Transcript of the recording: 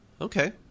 Okay